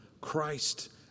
Christ